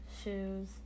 shoes